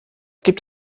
gibt